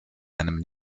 einem